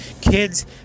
kids